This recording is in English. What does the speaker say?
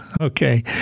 okay